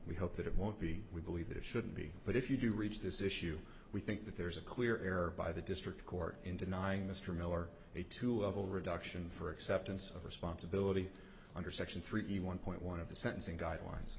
we hope that it won't be we believe that it shouldn't be but if you do reach this issue we think that there is a clear error by the district court in denying mr miller a tool of all reduction for acceptance of responsibility under section three one point one of the sentencing guidelines